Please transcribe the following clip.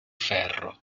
ferro